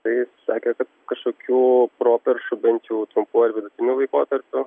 tai jis sakė kad kažkokių properšų bent jau trumpuoju ar vidutiniu laikotarpiu